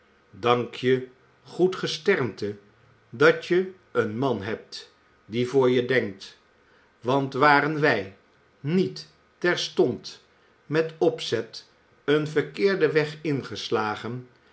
dank je goed gesternte dat je een man hebt die voor je denkt want waren wij niet terstond met opzet een verkeerden weg ingeslagen